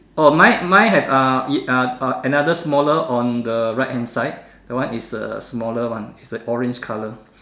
orh mine mine has uh e~ uh uh another smaller on the right hand side that one is a smaller one is a orange colour